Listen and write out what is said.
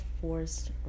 forced